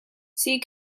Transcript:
see